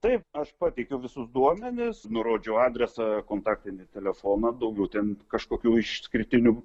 taip aš pateikiau visus duomenis nurodžiau adresą kontaktinį telefoną daugiau ten kažkokių išskirtinių